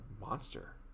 monster